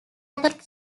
catholic